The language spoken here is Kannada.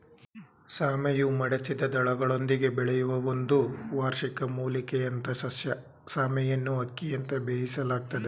ಸಾಮೆಯು ಮಡಚಿದ ದಳಗಳೊಂದಿಗೆ ಬೆಳೆಯುವ ಒಂದು ವಾರ್ಷಿಕ ಮೂಲಿಕೆಯಂಥಸಸ್ಯ ಸಾಮೆಯನ್ನುಅಕ್ಕಿಯಂತೆ ಬೇಯಿಸಲಾಗ್ತದೆ